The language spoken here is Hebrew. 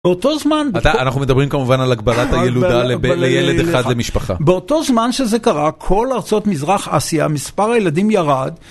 באותו זמן... אנחנו מדברים כמובן על הגבלת הילודה לילד אחד למשפחה. באותו זמן שזה קרה, כל ארצות מזרח אסיה מספר הילדים ירד